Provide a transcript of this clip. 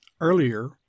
earlier